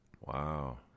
Wow